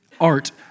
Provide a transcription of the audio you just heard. art